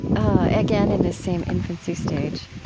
again in this same infancy stage,